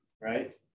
right